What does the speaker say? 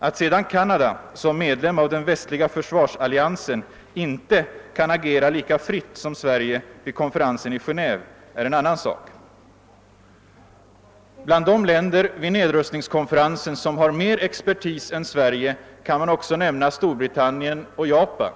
Att sedan Canada som medlem av den västliga försvarsalliansen inte kan agera lika fritt som Sverige vid nedrustningskonferensen i Genéve är en annan sak. Bland de länder vid nedrustningskonferensen som har mer expertis än Sverige kan också nämnas Storbritannien och Japan.